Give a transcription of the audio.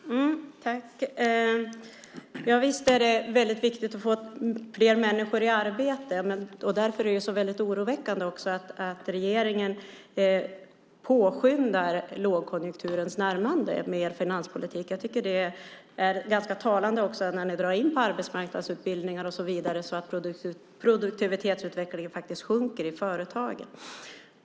Fru talman! Visst är det viktigt att få fler människor i arbete. Därför är det så oroväckande att regeringen påskyndar lågkonjunkturens närmande till finanspolitiken. Det är talande när ni drar in på arbetsmarknadsutbildningar och så vidare så att produktivitetsutvecklingen sjunker i företagen.